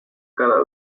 cada